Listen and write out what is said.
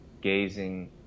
gazing